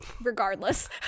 regardless